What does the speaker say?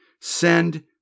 Send